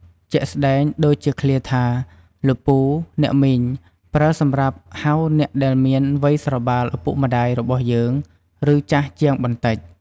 ជាក់ស្ដែង ដូចជាឃ្លាថា លោកពូ អ្នកមីង ប្រើសម្រាប់ហៅអ្នកដែលមានវ័យស្របាលឪពុកម្តាយរបស់យើង ឬចាស់ជាងបន្តិច។